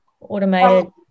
automated